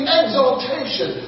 exaltation